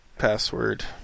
password